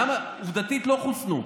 עובדתית לא חוסנו.